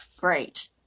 great